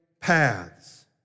paths